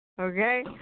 Okay